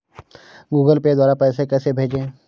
Google Pay द्वारा पैसे कैसे भेजें?